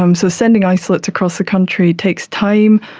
um so sending isolates across the country takes time,